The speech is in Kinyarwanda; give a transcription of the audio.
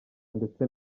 ndetse